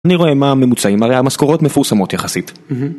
אני רואה מה הממוצעים, הרי המשכורות מפורסמות יחסית